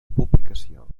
publicació